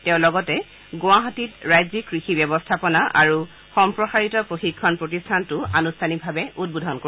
তেওঁ লগতে গুৱাহাটীত ৰাজ্যিক কৃষি ব্যৱস্থাপনা আৰু সম্প্ৰসাৰিত প্ৰশিক্ষণ প্ৰতিষ্ঠানটোও আনুষ্ঠানিকভাৱে উদ্বোধন কৰিব